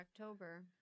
October